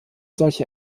solche